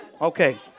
Okay